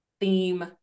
theme